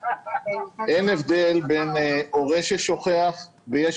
אין הבדל בין הורה ששוכח ילד לבין אדם אחר ששוכח ילד.